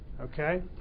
Okay